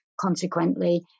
Consequently